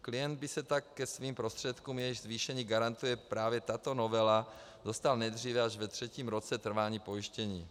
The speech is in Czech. Klient by se tak ke svým prostředkům, jejichž zvýšení garantuje právě tato novela, dostal nejdříve až ve třetím roce trvání pojištění.